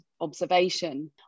observation